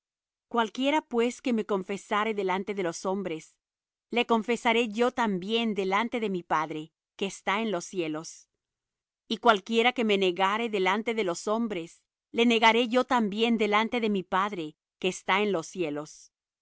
cualquiera pues que me confesare delante de los hombres le confesaré yo también delante de mi padre que está en los cielos y cualquiera que me negare delante de los hombres le negaré yo también delante de mi padre que está en los cielos